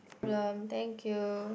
blum thank you